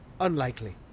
unlikely